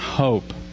hope